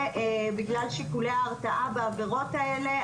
בגלל שיקולי ההרתעה בעבירות האלה,